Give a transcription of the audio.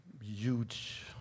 huge